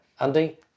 Andy